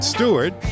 Stewart